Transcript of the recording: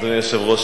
אדוני היושב-ראש,